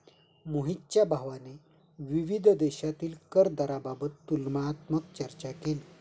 मोहितच्या भावाने विविध देशांतील कर दराबाबत तुलनात्मक चर्चा केली